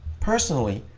personally,